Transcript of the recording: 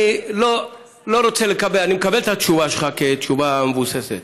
אני מקבל את התשובה שלך כתשובה מבוססת,